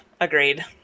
Agreed